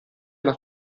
alla